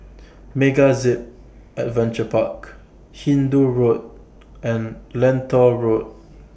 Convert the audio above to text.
MegaZip Adventure Park Hindoo Road and Lentor Road